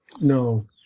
No